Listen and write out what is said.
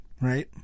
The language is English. right